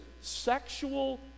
sexual